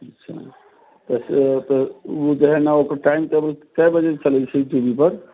अच्छा तऽ ओ जे है ने ओकर टाइम टेबल कए बजे सँ चलबै छियै टी बी पर